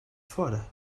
fora